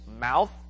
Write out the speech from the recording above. mouth